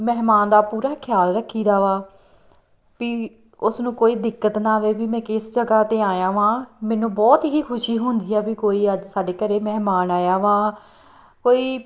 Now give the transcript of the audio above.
ਮਹਿਮਾਨ ਦਾ ਪੂਰਾ ਖਿਆਲ ਰੱਖੀਦਾ ਵਾ ਵੀ ਉਸ ਨੂੰ ਕੋਈ ਦਿੱਕਤ ਨਾ ਆਵੇ ਵੀ ਮੈਂ ਕਿਸ ਜਗ੍ਹਾ 'ਤੇ ਆਇਆ ਹਾਂ ਮੈਨੂੰ ਬਹੁਤ ਹੀ ਖੁਸ਼ੀ ਹੁੰਦੀ ਆ ਵੀ ਕੋਈ ਅੱਜ ਸਾਡੇ ਘਰ ਮਹਿਮਾਨ ਆਇਆ ਵਾ ਕੋਈ